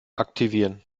aktivieren